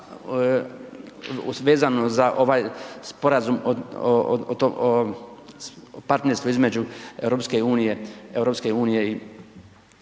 a vezano za ovaj sporazum o tom partnerstvu između EU, EU